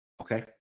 Okay